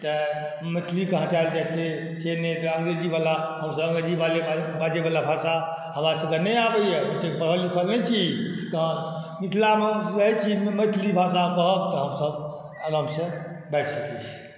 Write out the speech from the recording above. तऽ मैथिलीके हटाएल जेतै से नहि एकरा अंग्रजी बला हमसभ अंग्रेजी बला बाजैबला भाषा हमरा सबके नहि आबैए ओत्ते पढ़ल लिखल नहि छी तहन मिथिलामे रहै छी मैथिली भाषा कहब तऽ हमसब आराम से बाइज सकै छी